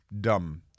dumb